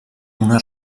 una